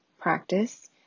practice